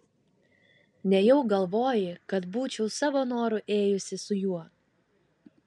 nejau galvoji kad būčiau savo noru ėjusi su juo